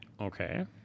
Okay